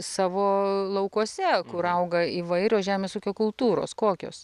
savo laukuose kur auga įvairios žemės ūkio kultūros kokios